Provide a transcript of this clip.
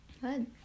good